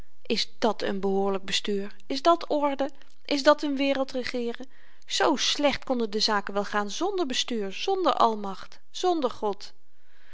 is dat n behoorlyk bestuur is dat orde is dat n wereld regeeren z slecht konden de zaken wel gaan znder bestuur znder almacht znder god